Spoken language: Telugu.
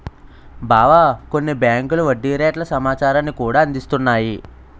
బావా కొన్ని బేంకులు వడ్డీ రేట్ల సమాచారాన్ని కూడా అందిస్తున్నాయి